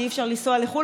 כי אי-אפשר לנסוע לחו"ל,